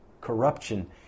Corruption